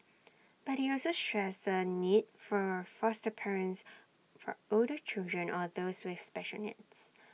but he also stressed the need for foster parents for older children or those with special needs